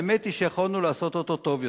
האמת היא שיכולנו לעשות אותו טוב יותר.